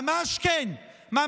ממש לא, לא, כלום.